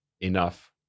enough